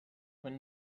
were